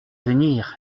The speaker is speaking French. venir